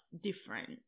different